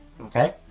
Okay